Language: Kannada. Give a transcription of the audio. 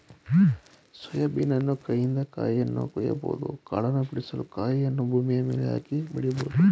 ಸೋಯಾ ಬೀನನ್ನು ಕೈಯಿಂದ ಕಾಯಿಯನ್ನು ಕೊಯ್ಯಬಹುದು ಕಾಳನ್ನು ಬಿಡಿಸಲು ಕಾಯಿಯನ್ನು ಭೂಮಿಯ ಮೇಲೆ ಹಾಕಿ ಬಡಿಬೋದು